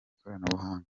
ikoranabuhanga